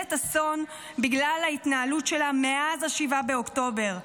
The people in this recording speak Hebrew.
ממשלת אסון בגלל ההתנהלות שלה מאז 7 באוקטובר,